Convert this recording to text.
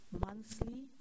monthly